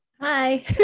hi